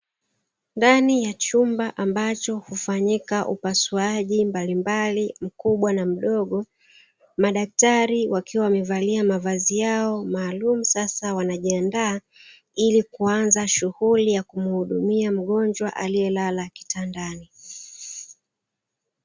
Ndani ya chumba ambacho hufanyika upasuaji mbalimbali, mkubwa na mdogo, madaktari wakiwa wamevalia mavazi yao maalum, sasa wanajiandaa, ili kuanza shughuli ya kumuhudumia mgonjwa aliyelala kitandani.